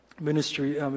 ministry